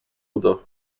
udo